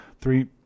Three